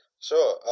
Sure